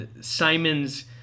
Simon's